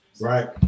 right